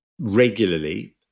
regularly